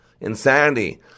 Insanity